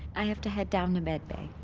i have to head down to med bay.